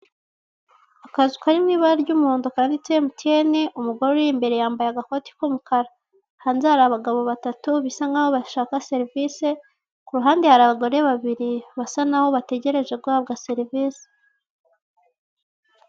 Akazu kari mu ibara ry'umuhondo kanditseho emutiyene imbere yaho hari umugore wambaye agakore k'umukara, hanze hari abagabo babiri basa n'aho bashaka serivise, ku ruhande hari abagore babiri basa n'aho bategereje guhabwa serivise.